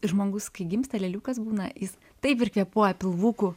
žmogus kai gimsta leliukas būna jis taip ir kvėpuoja pilvuku